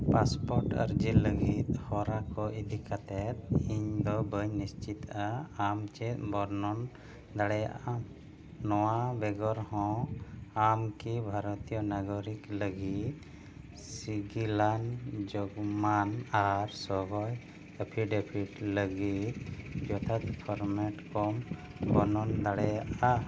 passport ᱟᱹᱨᱡᱤ ᱞᱟᱹᱜᱤᱫ ᱦᱚᱨᱟ ᱠᱚ ᱤᱫᱤ ᱠᱟᱛᱮᱫ ᱤᱧᱫᱚ ᱵᱟᱹᱧ ᱱᱤᱥᱪᱤᱛᱼᱟ ᱟᱢ ᱪᱮᱫ ᱵᱚᱨᱱᱚᱱ ᱫᱟᱲᱮᱭᱟᱜ ᱟᱢ ᱱᱚᱣᱟ ᱵᱮᱜᱚᱨ ᱦᱚᱸ ᱟᱢ ᱠᱤ ᱵᱷᱟᱨᱚᱛᱤᱭᱚ ᱱᱟᱜᱚᱨᱤᱠ ᱞᱟᱹᱜᱤᱫ ᱥᱤᱜᱤᱞᱟᱱ ᱡᱚᱜᱽᱢᱟᱱ ᱟᱨ ᱥᱚᱜᱚᱭ ᱮᱯᱷᱤᱴᱰᱮᱯᱷᱤᱴ ᱞᱟᱹᱜᱤᱫ ᱡᱚᱛᱷᱟᱛ ᱯᱷᱚᱨᱢᱮᱴ ᱠᱚᱢ ᱵᱚᱨᱱᱚᱱ ᱫᱟᱲᱮᱭᱟᱜᱼᱟ